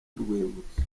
rwibutso